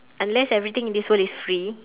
unless everything in this world is free